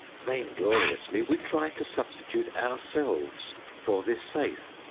vaingloriously, we try to substitute ourselves for this faith,